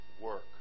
work